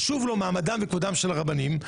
שחשוב לו כבודם ומעמדם של הרבנים,